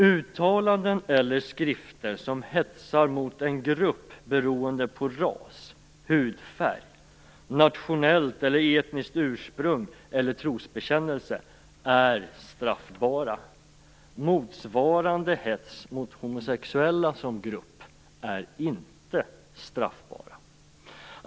Uttalanden eller skrifter som hetsar mot en grupp beroende på ras, hudfärg, nationellt eller etniskt ursprung eller trosbekännelse är straffbara. Motsvarande hets mot homosexuella som grupp är inte straffbar.